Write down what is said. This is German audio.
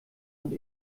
und